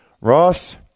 Ross